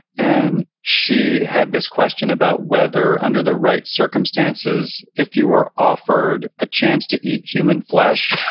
and she had this question about whether under the right circumstances, if you were offered a chance to eat human flesh,